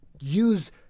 use